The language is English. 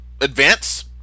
advance